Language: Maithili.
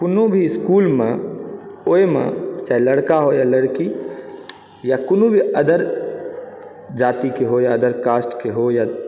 कोनो भी इसकुलमे ओहिमे चाहे लड़िका हो या लड़की या कोनो भी अदर जातिके हो या अदर कास्टके हो